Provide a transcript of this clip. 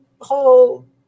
whole